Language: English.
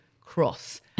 cross